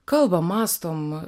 kalbam mąstom